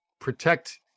protect